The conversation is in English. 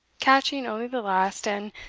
catching only the last, and,